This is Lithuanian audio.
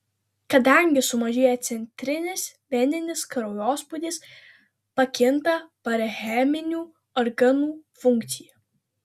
kadangi sumažėja centrinis veninis kraujospūdis pakinta parenchiminių organų funkcija